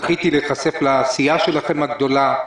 זכיתי להיחשף לעשייה הגדולה שלכם,